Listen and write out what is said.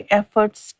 efforts